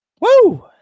Woo